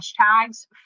hashtags